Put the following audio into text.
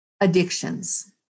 addictions